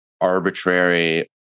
arbitrary